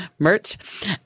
merch